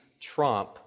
trump